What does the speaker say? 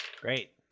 great